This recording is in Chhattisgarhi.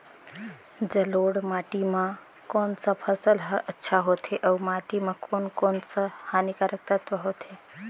जलोढ़ माटी मां कोन सा फसल ह अच्छा होथे अउर माटी म कोन कोन स हानिकारक तत्व होथे?